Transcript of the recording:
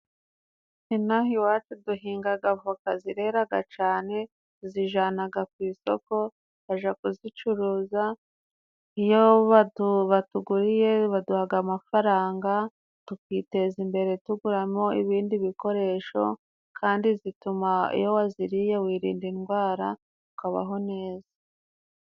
Ino aha iwacu duhingaga voka zireraga cane, tuzijanaga ku isoko tukaja kuzicuruza, iyo batuguriye baduhaga amafaranga tukiteza imbere tuguramo ibindi bikoresho, kandi zituma iyo waziriye wirinda indwara ukabaho neza.